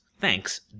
Thanks